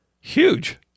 huge